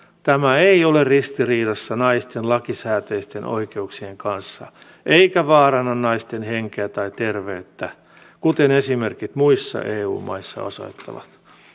tämä ei ole ristiriidassa naisten lakisääteisten oikeuksien kanssa eikä vaaranna naisten henkeä tai terveyttä kuten esimerkit muissa eu maissa osoittavat